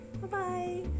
Bye-bye